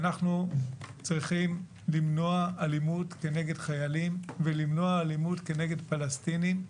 ואנחנו צריכים למנוע אלימות כנגד חיילים ולמנוע אלימות כנגד פלסטינים,